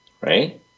right